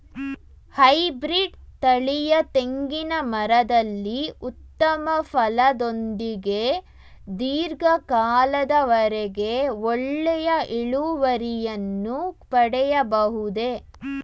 Hybrid ತಳಿಯ ತೆಂಗಿನ ಮರದಲ್ಲಿ ಉತ್ತಮ ಫಲದೊಂದಿಗೆ ಧೀರ್ಘ ಕಾಲದ ವರೆಗೆ ಒಳ್ಳೆಯ ಇಳುವರಿಯನ್ನು ಪಡೆಯಬಹುದೇ?